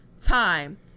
time